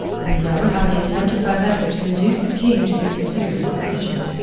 we know how he attempted by letter to induce the king to reconsider his decision.